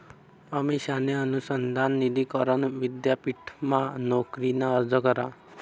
अमिषाने अनुसंधान निधी करण विद्यापीठमा नोकरीना अर्ज करा